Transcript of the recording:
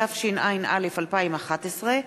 התשע”ב 2012,